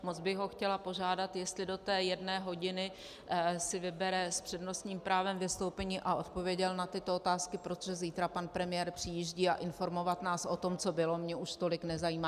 Moc bych ho chtěla požádat, jestli do té jedné hodiny si vybere s přednostním právem vystoupení a odpověděl na tyto otázky, protože zítra pan premiér přijíždí, a informovat nás o tom, co bylo, mě už tolik nezajímá.